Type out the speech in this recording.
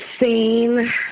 insane